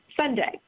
Sunday